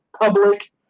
Public